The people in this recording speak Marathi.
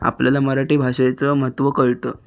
आपल्याला मराठी भाषेचं महत्व कळतं